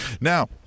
Now